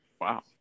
Wow